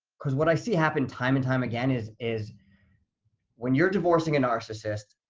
because what i see happen time and time again, is is when you're divorcing a narcissist,